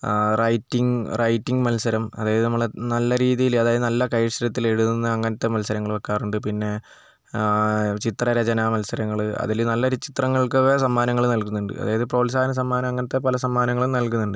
writing writing മത്സരം അതായത് നമ്മളെ നല്ല രീതിയിൽ അതായത് നല്ല കൈ അക്ഷരത്തിൽ എഴുതുന്ന അങ്ങനത്തെ മത്സരങ്ങൾ വയ്ക്കാറുണ്ട് പിന്നെ ചിത്ര രചന മത്സരങ്ങൾ അതിൽ നല്ലൊരു ചിത്രങ്ങൾക്കൊക്കെ സമ്മാനങ്ങൾ നൽകുന്നുണ്ട് അതായത് പ്രോത്സാഹന സമ്മാനം അങ്ങനത്തെ പല സമ്മാനങ്ങളും നൽകുന്നുണ്ട്